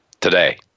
today